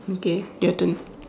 okay your turn